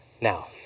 Now